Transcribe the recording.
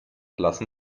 lassen